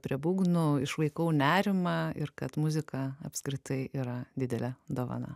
prie būgnų išvaikau nerimą ir kad muzika apskritai yra didelė dovana